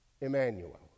Emmanuel